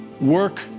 work